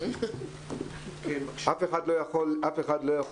אף אחד לא יכול